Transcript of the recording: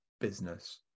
business